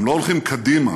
הם לא הולכים קדימה,